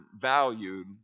valued